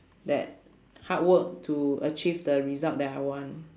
that hard work to achieve the result that I want